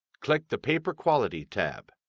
click the paper quality tab.